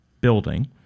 building